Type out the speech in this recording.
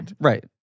right